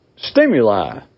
stimuli